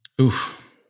oof